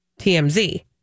TMZ